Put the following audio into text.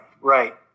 right